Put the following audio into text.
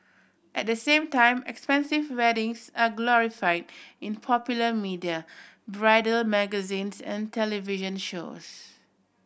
at the same time expensive weddings are glorify in popular media bridal magazines and television shows